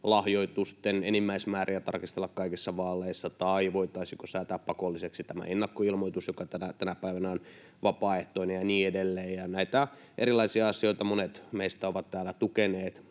lahjoitusten enimmäismääriä tarkistella kaikissa vaaleissa tai voitaisiinko säätää pakolliseksi tämä ennakkoilmoitus, joka tänä päivänä on vapaaehtoinen, ja niin edelleen. Näitä erilaisia asioita monet meistä ovat täällä tukeneet